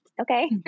Okay